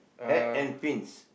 hat and pins